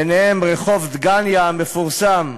ביניהם רחוב דגניה המפורסם,